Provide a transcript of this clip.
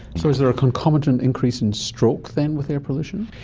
so is there a concomitant increase in stroke then with air pollution?